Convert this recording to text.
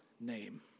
name